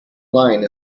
line